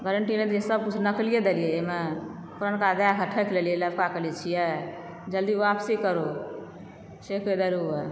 guarantee नहि सब किछु नकलीये देलियै एहिमे पुरनका दए कऽ ठैक लेलियै लबका कहलियै छियै जल्दी वापसी करू से कहि देलहुॅं यऽ